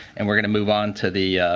and we're going to move on to the